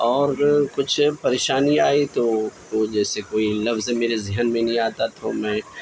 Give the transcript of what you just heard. اور کچھ پریشانیاں آئی تو جیسے کوئی لفظ میرے ذہن میں نہیں آتا تو میں